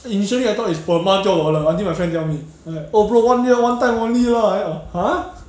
initially I thought is per month 就要还了 until my friend tell me err bro one year one time only lah and I !huh!